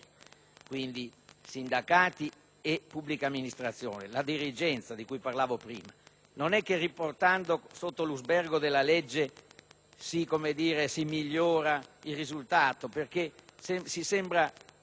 quindi sindacati e pubblica amministrazione, la dirigenza di cui si parlava prima. Non è riportando sotto l'usbergo della legge che si migliora il risultato: questo sembrerebbe